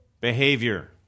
behavior